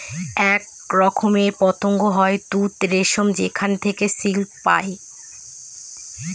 এক রকমের পতঙ্গ হয় তুত রেশম যেখানে থেকে সিল্ক পায়